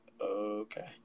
Okay